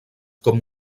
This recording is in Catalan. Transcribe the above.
com